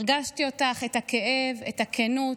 הרגשתי אותך, את הכאב, את הכנות.